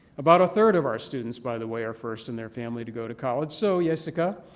about a third of our students, by the way, are first in their family to go to college. so, yessica,